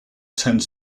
tends